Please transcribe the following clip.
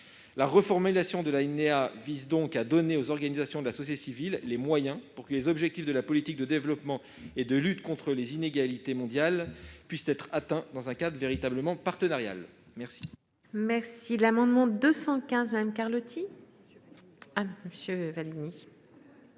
La reformulation de l'alinéa 12 vise à donner aux organisations de la société civile les moyens pour que les objectifs de la politique de développement et de lutte contre les inégalités mondiales puissent être atteints dans un cadre véritablement partenarial.